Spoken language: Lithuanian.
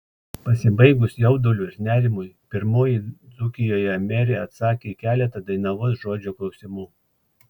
pasibaigus jauduliui ir nerimui pirmoji dzūkijoje merė atsakė į keletą dainavos žodžio klausimų